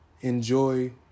enjoy